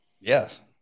Yes